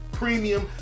premium